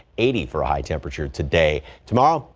eighty for a high temperature today. tomorrow,